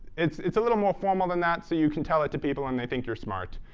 it's it's a little more formal than that so you can tell it to people and they think you're smart.